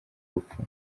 rupfu